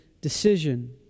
decision